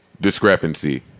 discrepancy